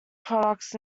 products